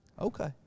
Okay